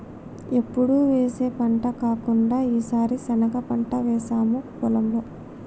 ఎప్పుడు వేసే పంట కాకుండా ఈసారి శనగ పంట వేసాము పొలంలో